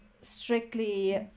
strictly